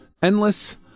endless